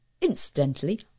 Incidentally